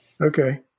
Okay